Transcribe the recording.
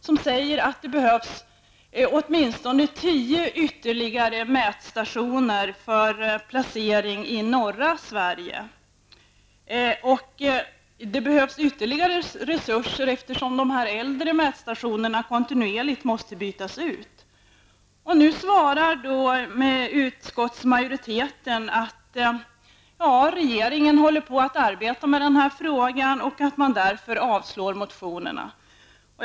Inom utredningen anser man att det behövs åtminstone ytterligare tio mätstationer för placering i norra Sverige. Det behövs ytterligare resurser, eftersom de äldre mätstationerna måste bytas ut kontinuerligt. Nu svarar utskottsmajoriteten att regeringen håller på att arbeta med frågan och att motionerna av den anledningen avstyrks.